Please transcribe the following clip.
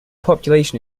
population